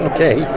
Okay